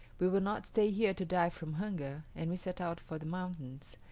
we will not stay here to die from hunger and we set out for the mountains.